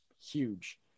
huge